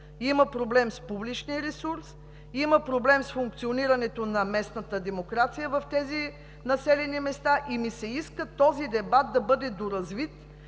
Има проблем с публичния ресурс! Има проблем с функционирането на местната демокрация в тези населени места и ми се иска този дебат да бъде доразвит.